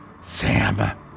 Sam